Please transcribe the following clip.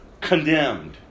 condemned